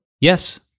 Yes